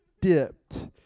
dipped